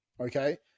Okay